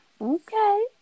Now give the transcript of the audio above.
okay